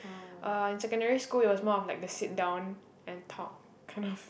uh in secondary school it was more of like the sit down and talk kind of